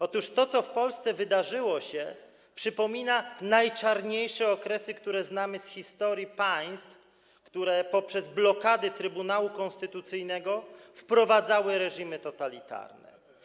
Otóż to, co się wydarzyło w Polsce, przypomina najczarniejsze okresy, które znamy z historii państw, które poprzez blokady Trybunału Konstytucyjnego wprowadzały reżimy totalitarne.